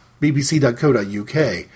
bbc.co.uk